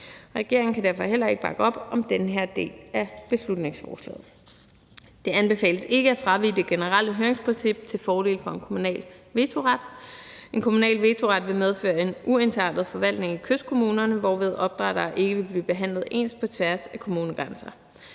Regeringen kan derfor heller ikke bakke op om den her del af beslutningsforslaget. Det anbefales ikke at fravige det generelle høringsprincip til fordel for en kommunal vetoret. En kommunal vetoret vil medføre en uensartet forvaltning i kystkommunerne, hvorved opdrættere ikke vil blive behandlet ens på tværs af kommunegrænser.